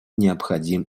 необходим